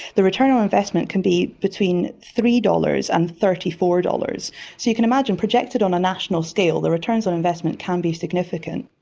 the return on investment can be between three dollars and thirty four dollars. so you can imagine, projected on a national scale, the returns on investment can be significant.